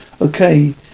Okay